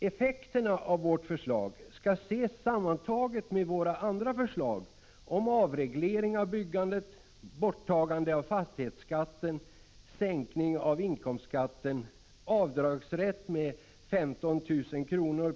Effekterna av vårt förslag skall ses sammantaget med våra andra förslag om avreglering av byggandet, borttagande av fastighetsskatten, sänkning av inkomstskatten, avdragsrätt med 15 000 kr.